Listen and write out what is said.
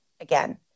again